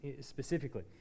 specifically